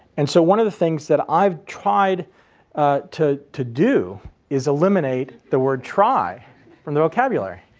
and so one of the things that i've tried to to do is eliminate the word try from the vocabulary.